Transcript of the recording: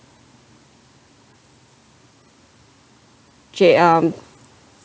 j~ um